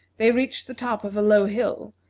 they reached the top of a low hill,